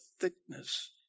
thickness